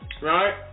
right